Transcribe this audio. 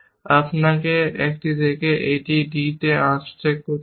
আপনাকে একটি থেকে এই dটিকে আনস্ট্যাক করতে হবে